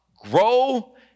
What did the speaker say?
grow